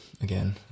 again